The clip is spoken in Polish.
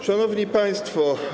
Szanowni Państwo!